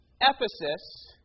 Ephesus